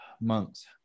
monks